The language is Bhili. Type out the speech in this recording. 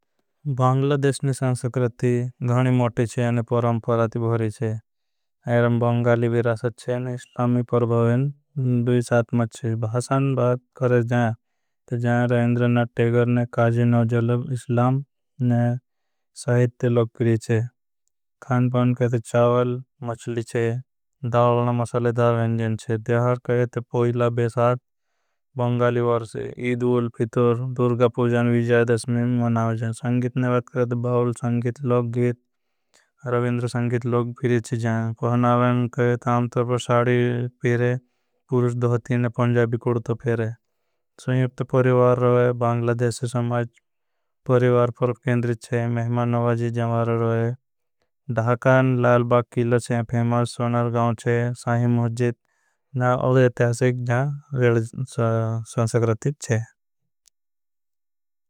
बंग्लादेशने संसक्रती गणी मोटे चे औने परंपराती भहरी चे। बंगाली विरासत चे औने इस्लामी परभावेन दुई साथमाच चे। बात करें जैं तो जैं रहेंद्रनाद टेगर ने काजी नोजल इस्लाम। ने सहेध ते लोग करी चे पान करें ते चावल मचली चे दालना। मसले दाल विनजन चे करें ते पोईला बेशाक बंगाली वरसे। ईद उल फियर दुर्गा पूजा ज्यादा मनाई छे बात करें ते बावल। संगीत, लोग गीत, रविंद्र संगीत, लोग पीरे चे जैं करें ते। आमतर पर साड़ी पेरे पुरुष दोहती ने पंजाबी कुड़तो पेरे। परिवार रहवे बांग्लादेशी समाज परिवार केंद्रित छे नवाजी। जावा नऊ रहवे लाल बाग किला छे शाही मस्जिद छे। जहां संस्कृति छे।